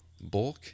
bulk